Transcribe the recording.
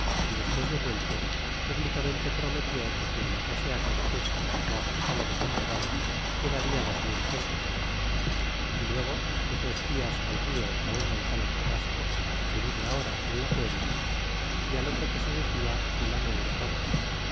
y despues de vuelto públicamente prometió que quien matase á cortés ó á gonzalo de sandoval que daria dos mil pesos y luego puso espías al rio á un gonzalo carrasco que vive ahora en la puebla y al otro que se decia fulano hurtado